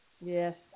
Yes